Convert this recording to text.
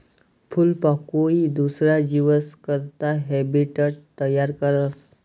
फूलपाकोई दुसरा जीवस करता हैबीटेट तयार करस